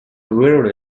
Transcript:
very